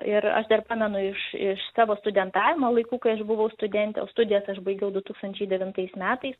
aš dar pamenu iš iš savo studentavimo laikų kai aš buvau studentė o studijas aš baigiau du tūkstančiai devintais metais